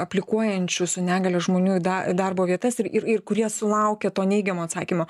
aplikuojančių su negalia žmonių į da darbo vietas ir ir kurie sulaukia to neigiamo atsakymo